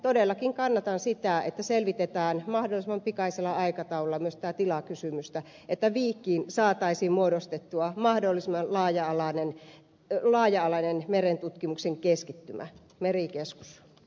todellakin kannatan sitä että selvitetään mahdollisimman pikaisella aikataululla myös tätä tilakysymystä että viikkiin saataisiin muodostettua mahdollisimman laaja alainen merentutkimuksen keskittymä merikeskus